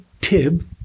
Tib